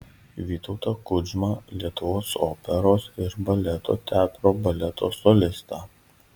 vytautą kudžmą lietuvos operos ir baleto teatro baleto solistą